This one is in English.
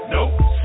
Nope